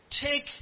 take